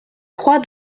croix